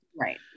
Right